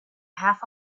half